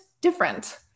different